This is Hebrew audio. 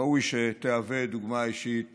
ראוי שתהווה דוגמה אישית